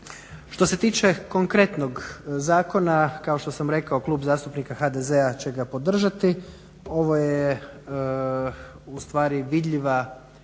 Što se tiče konkretnog zakona kao što sam rekao Klub zastupnika HDZ-a će ga podržati. Ovo je ustvari vidljiva,